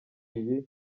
iyi